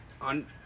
On